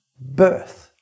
birth